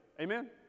Amen